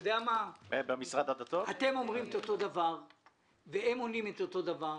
אתם אומרים אותו דבר והם עונים אותו דבר.